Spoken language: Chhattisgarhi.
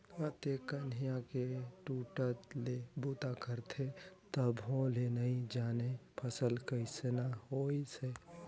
अतेक कनिहा के टूटट ले बूता करथे तभो ले नइ जानय फसल कइसना होइस है